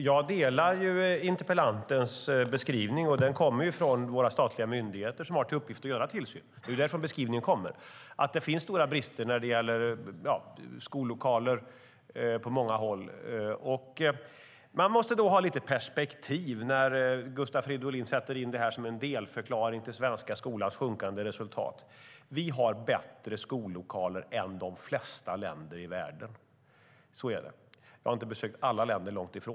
Fru talman! Jag delar interpellantens beskrivning, och den kommer från våra statliga myndigheter som har till uppgift att utöva tillsyn. Det finns stora brister när det gäller skollokaler på många håll. Man måste ha lite perspektiv när Gustav Fridolin sätter in det här som en delförklaring till svenska skolans sjunkande resultat. Vi har bättre skollokaler än de flesta länder i världen. Så är det. Jag har inte besökt alla länder, långt ifrån.